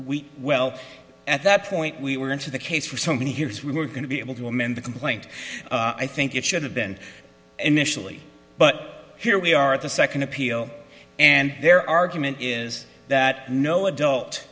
we well at that point we were into the case for so many years we were going to be able to amend the complaint i think it should have been initially but here we are at the second appeal and their argument is that no adult